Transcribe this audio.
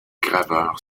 graveur